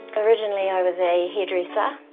originally i was a hairdresser,